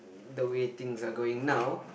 the way things are going now